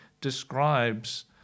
describes